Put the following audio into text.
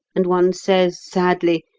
and one says sadly,